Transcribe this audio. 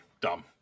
Dumb